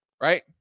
right